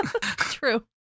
True